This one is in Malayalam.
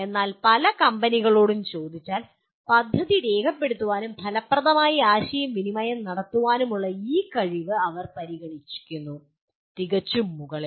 എന്നാൽ നിങ്ങൾ പല കമ്പനികളോടും ചോദിച്ചാൽ പദ്ധതി രേഖപ്പെടുത്താനും ഫലപ്രദമായി ആശയവിനിമയം നടത്താനുമുള്ള ഈ കഴിവ് അവർ പരിഗണിക്കുന്നു തികച്ചും മുകളിൽ